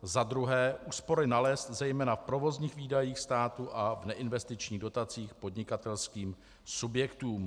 2. úspory nalézt zejména v provozních výdajích státu a v neinvestičních dotacích podnikatelským subjektům.